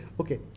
Okay